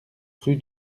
rue